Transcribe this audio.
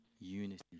unity